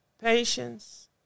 patience